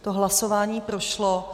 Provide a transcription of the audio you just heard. To hlasování prošlo.